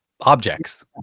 objects